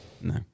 No